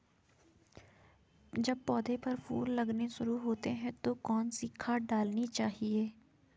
जब पौधें पर फूल लगने शुरू होते हैं तो कौन सी खाद डालनी चाहिए?